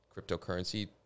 cryptocurrency